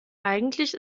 eigentlich